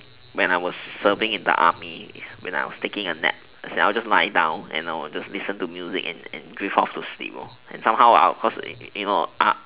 when I was serving in the army when I was taking a nap I just lie down and I would just listen to music and drift off to sleep and somehow I'll because you know